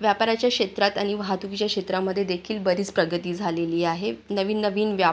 व्यापाऱ्याच्या क्षेत्रात आणि वाहतुकीच्या क्षेत्रामध्ये देखील बरीच प्रगती झालेली आहे नवीन नवीन व्यापार